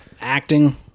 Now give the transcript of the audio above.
acting